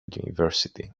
university